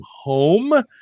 Home